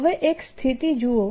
હવે એક પરિસ્થિતિ જુઓ